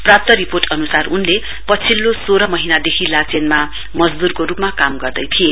प्राप्त रिपोर्ट अनुसार उनले पछिल्लो सोह्र महीनादेखि लाचेनमा मजदूरको रुपमा काम गर्दै थिए